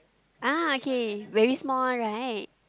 ah okay very small right